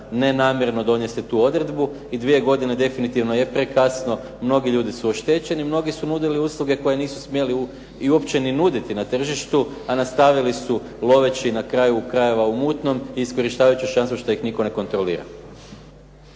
nenamjerno donijeti tu odredbu i dvije godine definitivno je prekasno, mnogi ljudi su oštećeni, mnogi su nudili usluge koje nisu smjeli uopće ni nuditi na tržištu, a nastavili su loveći na kraju krajeva u mutnom i iskorištavajući šansu što ih nitko ne kontrolira.